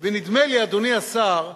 ונדמה לי, אדוני השר,